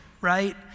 right